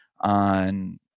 on